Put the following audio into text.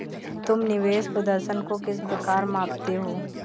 तुम निवेश प्रदर्शन को किस प्रकार मापते हो?